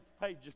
pages